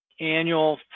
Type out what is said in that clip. annual